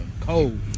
cold